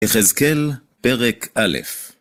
יחזקאל, פרק א'.